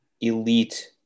elite